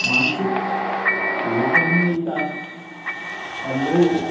मानसिक लाभ ही मिलता है और लोग